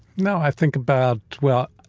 no, i think about well,